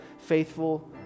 faithful